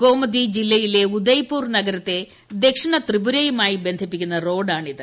ഗോമതി ജില്ലയിലെ ഉദയ്പൂർ നഗരത്തെ ദക്ഷിണ ത്രിപുരയുമായി ബന്ധിപ്പിക്കുന്ന റോഡാണ് ഇത്